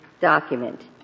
document